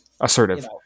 assertive